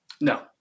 No